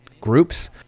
groups